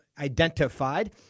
identified